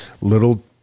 little